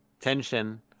tension